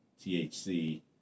THC